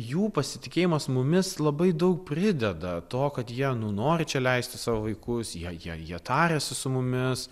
jų pasitikėjimas mumis labai daug prideda to kad jie nu nori čia leisti savo vaikus jie jie jie tariasi su mumis